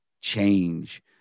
change